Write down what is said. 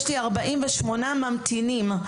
יש לי 48 ממתינים,